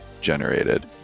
generated